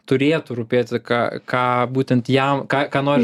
turėtų rūpėti ką ką būtent jam ką ką nori